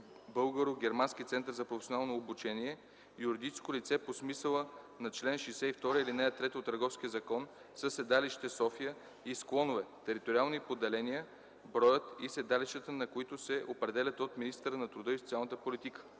„Българо-германски център за професионално обучение” – юридическо лице по смисъла на чл. 62, ал. 3 от Търговския закон, със седалище София и с клонове – териториални поделения, броят и седалищата на които се определят от министъра на труда и социалната политика.